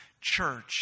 church